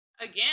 Again